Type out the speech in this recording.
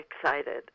excited